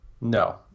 No